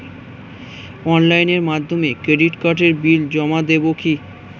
অনলাইনের মাধ্যমে ক্রেডিট কার্ডের বিল জমা দেবো কি?